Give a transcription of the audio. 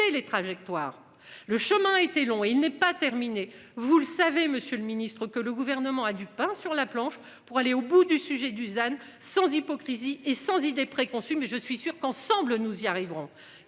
les trajectoires. Le chemin a été long et il n'est pas terminé, vous le savez Monsieur le Ministre, que le gouvernement a du pain sur la planche pour aller au bout du sujet, Dusan sans hypocrisie et sans idée préconçue. Mais je suis sûr qu'ensemble nous y arriverons.